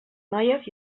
noies